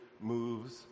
moves